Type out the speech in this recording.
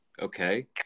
Okay